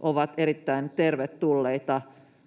ovat erittäin tervetulleita.